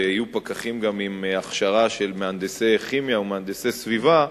ויהיו גם פקחים עם הכשרה של מהנדסי כימיה ומהנדסי סביבה,